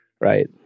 right